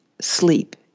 sleep